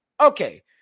Okay